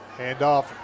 Handoff